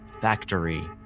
factory